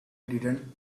didn’t